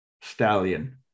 stallion